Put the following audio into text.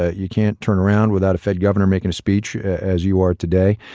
ah you can't turn around without a fed governor making a speech, as you are today.